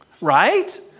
right